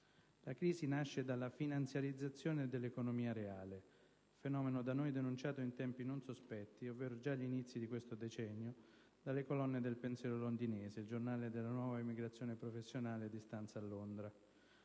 La crisi nasce dalla finanziarizzazione dell'economia reale, fenomeno da noi denunciato in tempi non sospetti, ovvero già agli inizi di questo decennio, dalle colonne del «Pensiero londinese», il giornale della nuova emigrazione professionale di stanza a Londra.